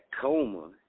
Coma